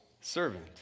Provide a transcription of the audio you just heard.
servant